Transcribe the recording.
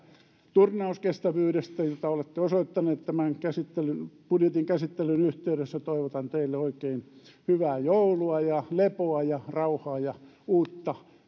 turnauskestävyydestä jota olette osoittanut tämän budjetin käsittelyn yhteydessä ja toivotan teille oikein hyvää joulua ja lepoa ja rauhaa ja uutta